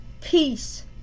peace